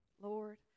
Lord